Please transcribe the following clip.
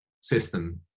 system